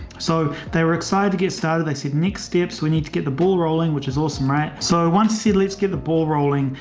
so they were excited to get started. they said next steps, we need to get the ball rolling, which is awesome. right? so once said, let's get the ball rolling.